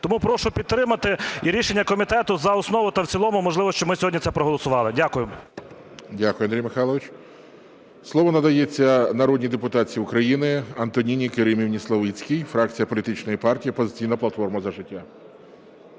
Тому прошу підтримати і рішення комітету за основу та в цілому, можливо, щоб ми сьогодні це проголосували. Дякую. ГОЛОВУЮЧИЙ. Дякую, Андрій Михайлович. Слово надається народній депутатці України Антоніні Керимівні Славицькій, фракція політичної партії "Опозиційна платформа – За життя".